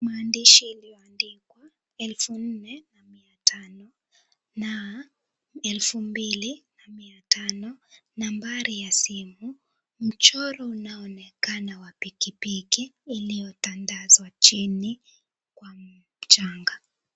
Mahandishi iliyoandikwa 4,500 na 2,500. Nambari ya simu mchoro unaonekana wa pikipiki uliotandazwa chini kwa mchanga.